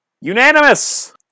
Unanimous